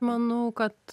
manau kad